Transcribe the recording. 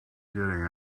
getting